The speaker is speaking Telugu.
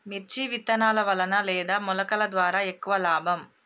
మిర్చి విత్తనాల వలన లేదా మొలకల ద్వారా ఎక్కువ లాభం?